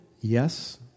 yes